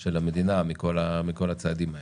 של המדינה מכל הצעדים האלה?